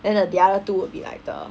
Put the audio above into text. then the other two will be like the